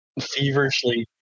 feverishly